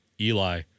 Eli